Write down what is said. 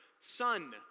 son